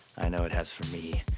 i know it has for me.